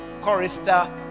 chorister